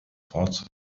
fahrzeug